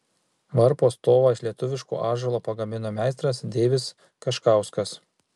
varpo stovą iš lietuviško ąžuolo pagamino meistras deivis kaškauskas